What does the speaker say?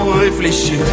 réfléchir